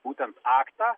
būtent aktą